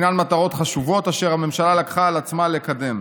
הן מטרות חשובות אשר הממשלה לקחה על עצמה לקדם.